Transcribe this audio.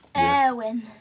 Erwin